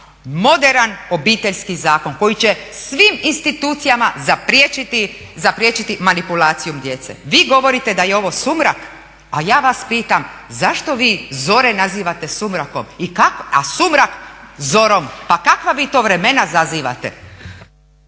moderan Obiteljski zakon koji će svim institucijama zapriječiti manipulacijom djece. Vi govorite da je ovo sumrak, a ja vas pitam zašto vi zore nazivate sumrakom, a sumrak zorom. Pa kakva vi to vremena zazivate?